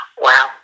Wow